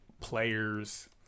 players